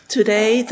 Today